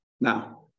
Now